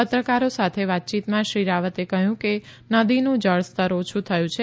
પત્રકારો સાથે વાતચીતમાં શ્રી રાવતે કહ્યું કે નદીનું જળસ્તર ઓછું થયું છે